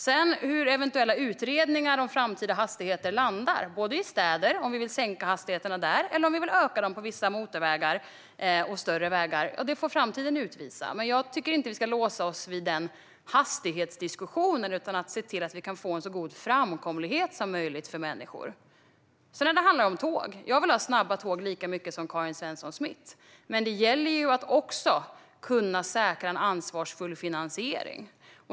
Vad eventuella utredningar om framtida hastigheter landar i - det kan handla om att vi vill sänka hastigheter i städer eller att vi vill öka hastigheter på vissa motorvägar och större vägar - får framtiden utvisa. Men jag tycker inte att vi ska låsa oss vid den hastighetsdiskussionen utan se till att vi kan få en så god framkomlighet som möjligt för människor. När det handlar om tåg vill jag ha snabba tåg lika mycket som Karin Svensson Smith, men det gäller att också kunna säkra en ansvarsfull finansiering.